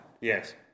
yes